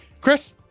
Chris